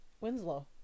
Winslow